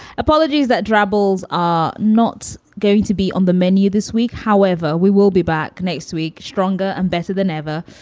apologies that troubles are not going to be on the menu this week. however, we will be back next week stronger and better than ever.